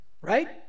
Right